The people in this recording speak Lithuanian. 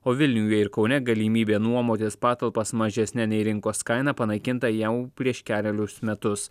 o vilniuje ir kaune galimybė nuomotis patalpas mažesne nei rinkos kaina panaikinta jau prieš kelerius metus